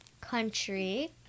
country